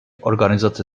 organizace